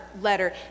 letter